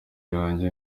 yanjye